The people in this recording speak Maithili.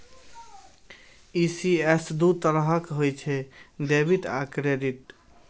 ई.सी.एस दू तरहक होइ छै, डेबिट आ क्रेडिट